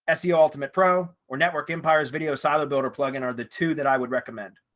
ah seo ultimate pro or network empires video solid builder plugin are the two that i would recommend.